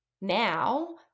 now